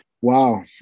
Wow